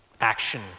action